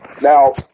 Now